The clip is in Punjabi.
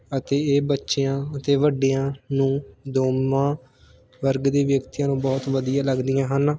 ਅਤੇ ਇਹ ਬੱਚਿਆਂ ਅਤੇ ਵੱਡਿਆਂ ਨੂੰ ਦੋਵਾਂ ਵਰਗ ਦੇ ਵਿਅਕਤੀਆਂ ਨੂੰ ਬਹੁਤ ਵਧੀਆ ਲੱਗਦੀਆਂ ਹਨ